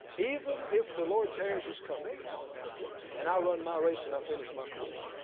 even if the lord tarries his coming and i run my race and finish my course,